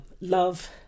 love